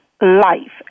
life